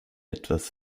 etwas